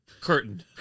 Curtain